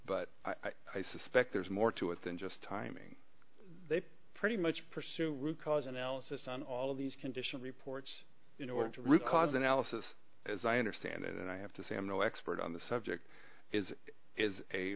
but i suspect there's more to it than just timing they pretty much pursue root cause analysis on all of these conditional reports in order to root cause analysis as i understand it and i have to famine to expert on the subject is is a